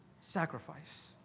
sacrifice